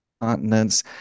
continents